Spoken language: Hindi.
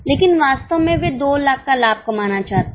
लेकिन वास्तव में वे 2 लाख का लाभ कमाना चाहते हैं